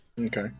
Okay